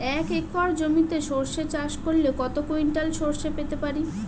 এক একর জমিতে সর্ষে চাষ করলে কত কুইন্টাল সরষে পেতে পারি?